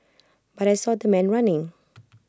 but I saw the man running